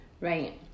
right